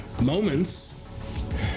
moments